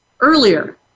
earlier